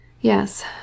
Yes